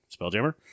Spelljammer